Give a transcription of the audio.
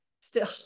still-